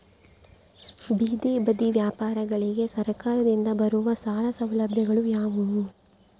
ಬೇದಿ ಬದಿ ವ್ಯಾಪಾರಗಳಿಗೆ ಸರಕಾರದಿಂದ ಬರುವ ಸಾಲ ಸೌಲಭ್ಯಗಳು ಯಾವುವು?